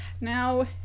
now